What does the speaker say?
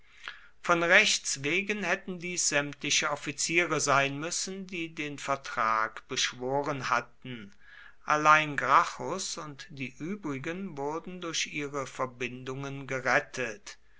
von rechts wegen hätten dies sämtliche offiziere sein müssen die den vertrag beschworen hatten allein gracchus und die übrigen wurden durch ihre verbindungen gerettet